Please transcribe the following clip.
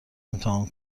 امتحان